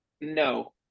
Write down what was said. No